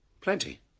Plenty